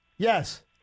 Yes